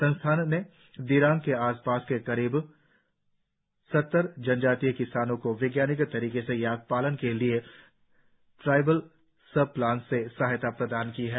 संस्थान ने दिरांग के आस पास के करीब सत्तर जनजातीय किसानों को वैज्ञानिक तरीके से याक पालन के लिए ट्राइबल सब प्लान से सहायता प्रदान की है